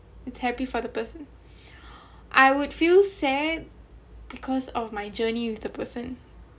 it's happy for the person I would feel sad because of my journey with the person